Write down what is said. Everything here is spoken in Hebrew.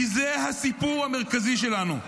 כי זה הסיפור המרכזי שלנו.